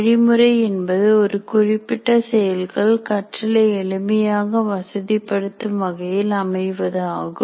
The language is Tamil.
வழிமுறை என்பது ஒரு குறிப்பிட்ட செயல்கள் கற்றலை எளிமையாக வசதி படுத்தும் வகையில் அமைவது ஆகும்